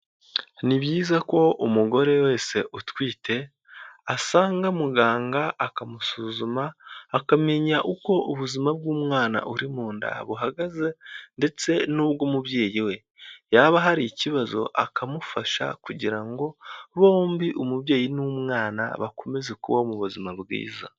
Ni byiza ko umugore wese utwite asanga muganga akamusuzuma, akamenya uko ubuzima bw'umwana uri mu nda buhagaze, ndetse n'ubw'umubyeyi we, yaba hari ikibazo akamufasha kugira ngo bombi umubyeyi n'umwana bakomeze kubaho mu buzima bwiza.